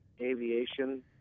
aviation